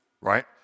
right